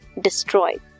destroyed